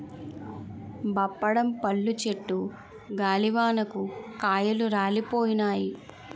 బప్పడం పళ్ళు చెట్టు గాలివానకు కాయలు రాలిపోయినాయి